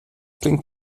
klingt